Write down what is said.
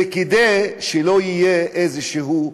זה כדי שלא תהיה אפשרות